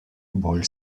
bolj